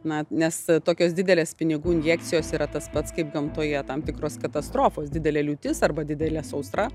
mat nes tokios didelės pinigų injekcijos yra tas pats kaip gamtoje tam tikros katastrofos didelė liūtis arba didelė sausra